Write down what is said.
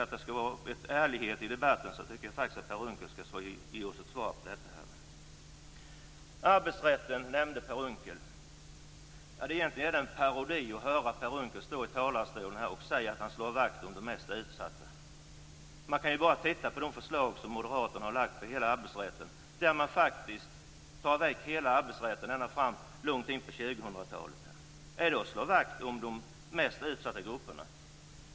Om det skall vara litet ärlighet i debatten tycker jag att Per Unckel skall ge oss ett svar på frågan. Per Unckel nämnde också arbetsrätten. Det är en parodi att höra honom stå i talarstolen och säga att han slår vakt om de mest utsatta. Man kan ju bara titta på de förslag som Moderaterna har lagt fram om hela arbetsrätten. I dem tas hela arbetsrätten bort långt in på 2000-talet. Är det att slå vakt om de mest utsatta grupperna?